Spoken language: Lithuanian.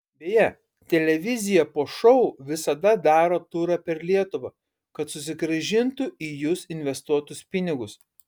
beje televizija po šou visada daro turą per lietuvą kad susigrąžintų į jus investuotus pinigus